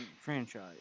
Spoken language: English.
franchise